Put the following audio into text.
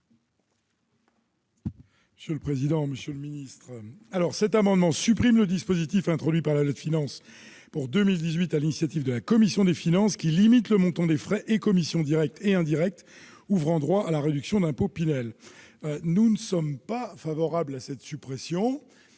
monsieur le président. Quel est l'avis de la commission ? Cet amendement tend à supprimer le dispositif introduit par la loi de finances pour 2018, sur l'initiative de la commission des finances, qui limite le montant des frais et commissions directes et indirectes ouvrant droit à la réduction d'impôt Pinel. Nous ne sommes pas favorables à cette suppression.